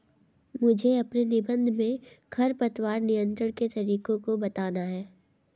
मुझे अपने निबंध में खरपतवार नियंत्रण के तरीकों को बताना है